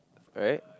right